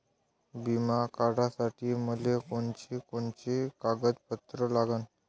बिमा काढासाठी मले कोनची कोनची कागदपत्र लागन?